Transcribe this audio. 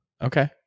Okay